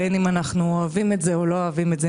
בין אם אנחנו אוהבים את זה ובין אם אנחנו לא אוהבים את זה,